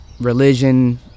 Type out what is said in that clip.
religion